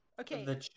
Okay